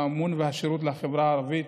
האמון והשירות בחברה הערבית